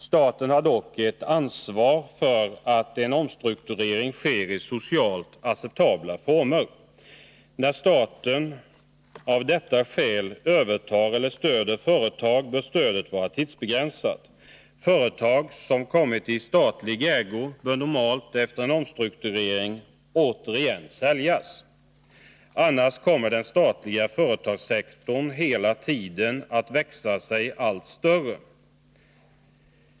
Staten har dock ett ansvar för att en omstrukturering sker i socialt acceptabla former. När staten av detta skäl övertar eller stöder företag bör stödet vara tidsbegränsat. Företag som kommit i statlig ägo bör normalt efter en omstrukturering återigen säljas. Annars kommer den statliga företagssektorn hela tiden att växa sig allt större.